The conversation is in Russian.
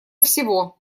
всего